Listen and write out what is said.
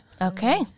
Okay